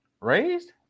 Raised